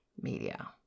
media